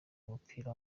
w’umupira